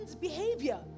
behavior